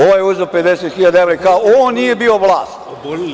Ovaj je uzeo 50.000 i kao on nije bio vlast.